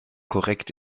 korrekt